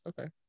Okay